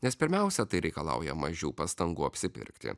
nes pirmiausia tai reikalauja mažiau pastangų apsipirkti